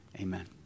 Amen